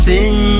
Sing